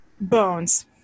Bones